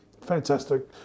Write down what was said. fantastic